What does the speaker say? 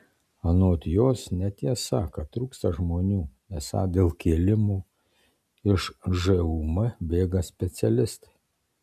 anot jos netiesa kad trūksta žmonių esą dėl kėlimo iš žūm bėga specialistai